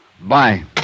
Bye